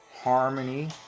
harmony